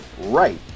right